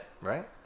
right